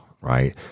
right